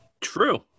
True